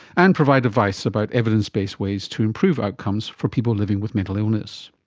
and provide advice about evidence-based ways to improve outcomes for people living with mental illness.